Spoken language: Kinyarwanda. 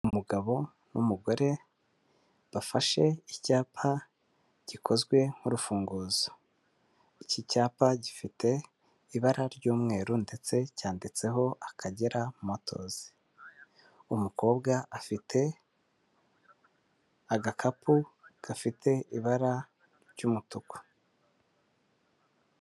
Umugabo n'umugore bafashe icyapa gikozwe nk'urufunguzo, iki cyapa gifite ibara ry'mweru ndetse cyanditseho Akagera Motors, umukobwa afite agakapu afite agakapu gafite ibara ry'umutuku.